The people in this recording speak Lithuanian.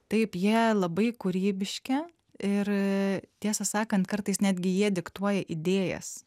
taip jie labai kūrybiški ir tiesą sakant kartais netgi jie diktuoja idėjas